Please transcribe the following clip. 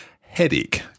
headache